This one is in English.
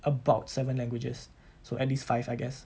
about seven languages so at least five I guess